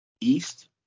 east